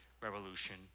revolution